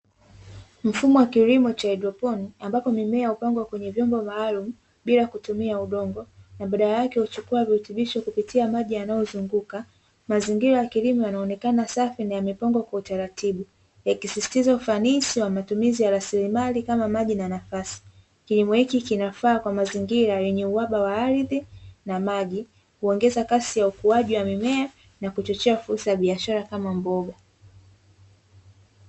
Mfumo wa kilimo cha hayidroponi ambapo mimea upangwa kwenye vyombo maalumu bila kutumia udongo, na badala yake uchukua virutubisho na maji yanayozunguka mazingira ya kilimo yanaonekana safi na yamepangwa kwa utaratibu, yakisisitiza ufanisi na mazingira ya rasilimali kama maji na nafasi kilimo hiki kinafaa kwenye mazingira yenye uhaba wa ardhi na maji huongeza kasi ya uchocheaji wa mimea na kuongeza fursa ya biashara kama mboga.